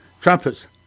Trumpets